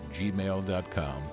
gmail.com